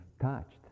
touched